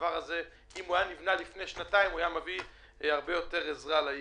אם הפרויקט הזה היה נבנה לפני שנתיים הוא היה מביא הרבה יותר עזרה לעיר.